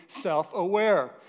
self-aware